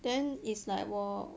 then is like !woah!